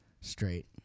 straight